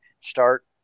start